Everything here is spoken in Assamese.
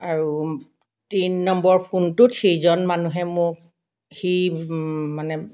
আৰু তিনি নম্বৰ ফোনটোত সিজন মানুহে মোক সি মানে